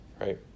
right